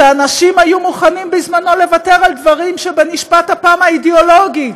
שבזמנו אנשים היו מוכנים לוותר על דברים שבנשמת אפם האידיאולוגית